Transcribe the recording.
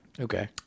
Okay